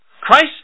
Christ